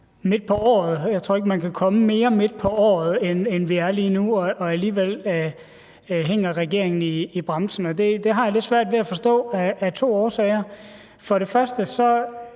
midt på året. Jeg tror ikke, at man kan komme mere midt på året, end vi er lige nu, og alligevel hænger regeringen i bremsen. Det har jeg lidt svært ved at forstå af to årsager. For det første